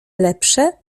lepsze